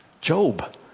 Job